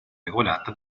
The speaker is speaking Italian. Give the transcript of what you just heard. regolata